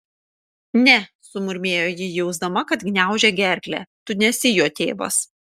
ne sumurmėjo ji jausdama kad gniaužia gerklę tu nesi jo tėvas